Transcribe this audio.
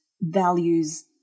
values